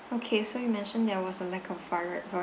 okay so you mentioned there was a lack of vari~ va~